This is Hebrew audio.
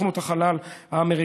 סוכנות החלל האמריקנית,